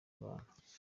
abana